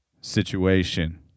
situation